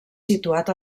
situat